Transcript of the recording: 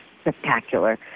spectacular